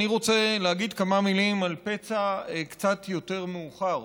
אני רוצה להגיד כמה מילים על פצע קצת יותר מאוחר,